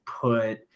put